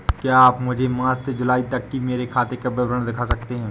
क्या आप मुझे मार्च से जूलाई तक की मेरे खाता का विवरण दिखा सकते हैं?